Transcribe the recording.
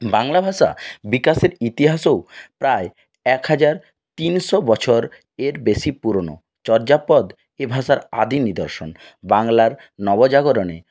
বাংলা ভাষা বিকাশের ইতিহাসও প্রায় এক হাজার তিনশো বছরের বেশি পুরোনো চর্যাপদ এ ভাষার আদিম নিদর্শন বাংলার নব জাগরণে ও